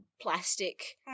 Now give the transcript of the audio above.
plastic